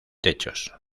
techos